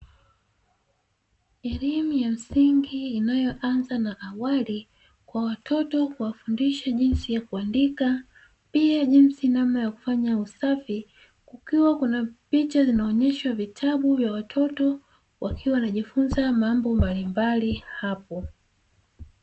Elimu ya msingi inayoanza na awali kwa watoto kuwafundisha jinsi ya kuandika pia jinsi namna ya kufanya usafi, kukiwa kuna picha zinaonyesha vitabu vya watoto wakiwa wanajifunza mambo mbalimbali hapo.